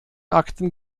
akten